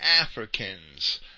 Africans